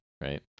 right